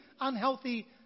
unhealthy